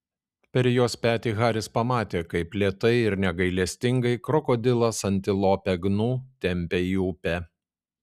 per jos petį haris pamatė kaip lėtai ir negailestingai krokodilas antilopę gnu tempia į upę